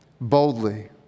boldly